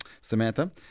Samantha